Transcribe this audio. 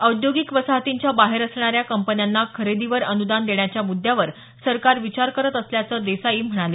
औद्येगिक वसाहतींच्या बाहेर असणाऱ्या कंपन्यांना खरेदीवर अनुदान देण्याच्या मुद्यावर सरकार विचार करत असल्याच देसाई म्हणाले